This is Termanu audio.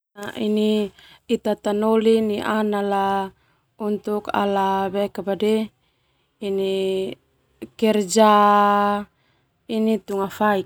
Ita tanoli nianala ala kerja tunga faik.